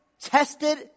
tested